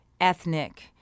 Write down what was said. ethnic